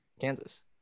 kansas